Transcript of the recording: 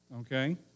okay